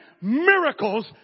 miracles